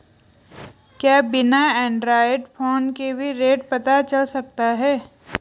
क्या बिना Android phone के भी रेट पता चल सकता है?